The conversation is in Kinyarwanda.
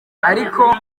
ariko